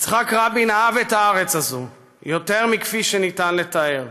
יצחק רבין אהב את הארץ הזאת יותר מכפי שניתן לתאר.